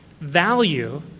value